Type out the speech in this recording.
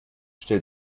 stell